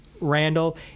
Randall